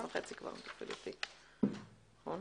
נכון?